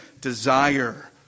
desire